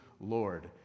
Lord